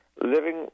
living